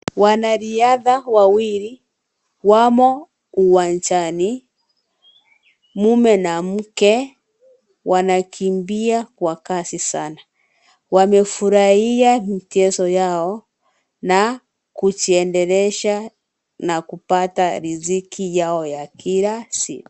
Wanariadha, wawili, wamo uwanchani, mume na muke, wanakimbia kwa kasi sana, wamefuraia micheso yao, na kujienderesha, na kupata riziki yao ya kila, siku.